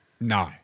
No